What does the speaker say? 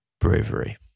Bravery